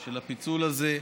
של הפיצול הזה.